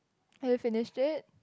have you finished it